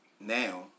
now